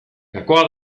gakoa